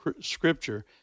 scripture